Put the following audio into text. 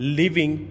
living